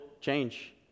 change